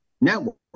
network